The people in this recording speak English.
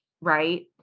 right